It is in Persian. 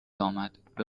امدبه